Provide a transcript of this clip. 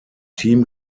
team